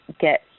get